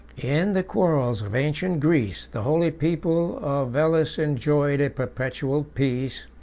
in the quarrels of ancient greece, the holy people of elis enjoyed a perpetual peace,